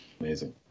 Amazing